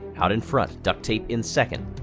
out in front. ducktape in second.